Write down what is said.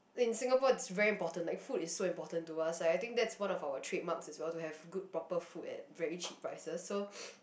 in Singapore it's very important like food is so important to us like I think that's one of our trademarks as well to have good proper food at very cheap prices so